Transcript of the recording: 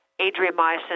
adriamycin